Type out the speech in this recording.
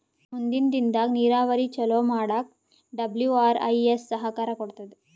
ಮುಂದಿನ್ ದಿನದಾಗ್ ನೀರಾವರಿ ಚೊಲೋ ಮಾಡಕ್ ಡಬ್ಲ್ಯೂ.ಆರ್.ಐ.ಎಸ್ ಸಹಕಾರ್ ಕೊಡ್ತದ್